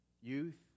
Youth